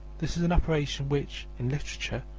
this is an operation which in literature,